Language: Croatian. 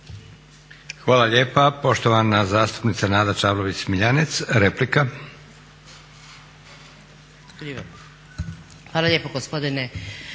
Hvala lijepa. Poštovana zastupnica Nada Čavlović Smiljanec, replika. **Čavlović